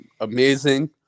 amazing